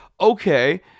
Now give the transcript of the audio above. okay